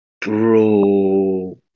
Bro